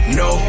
no